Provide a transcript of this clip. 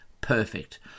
Perfect